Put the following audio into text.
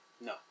No